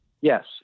Yes